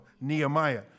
Nehemiah